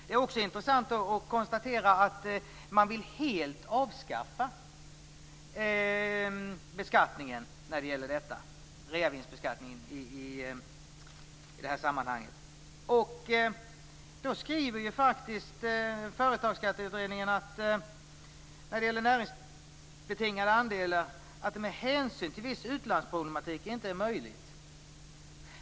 Det är intressant att konstatera att man helt vill avskaffa reavinstbeskattningen i sammanhanget. Företagsskatteutredningen anser att det är motiverat men att det av hänsyn till viss utlandsproblematik inte är möjligt.